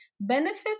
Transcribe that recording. Benefits